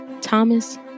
Thomas